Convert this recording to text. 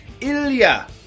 Ilya